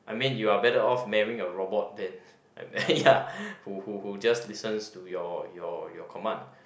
I mean you are better off marrying a robot than ya who who who just listens to your your your command